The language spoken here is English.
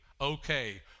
okay